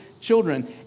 children